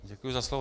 Děkuji za slovo.